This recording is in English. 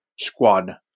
squad